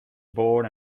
born